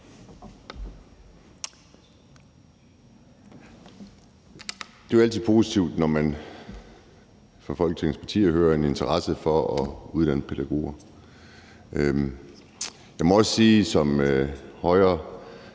Det er jo altid positivt, når man fra Folketingets partier hører en interesse for at uddanne pædagoger. Jeg må også sige,